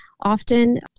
often